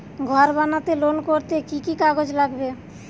ঘর বানাতে লোন করতে কি কি কাগজ লাগবে?